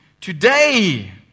today